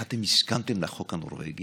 אז גאון, אפשר לחשוב שזה מלשון זה שאנחנו גאונים,